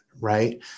right